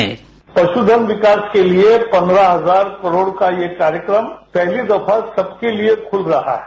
sound bite पशुधन विकास के लिए पंद्रह हजार करोड़ का यह कार्यक्रम पहली दफा सबके लिए खुल रहा है